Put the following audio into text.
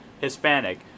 Hispanic